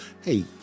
hey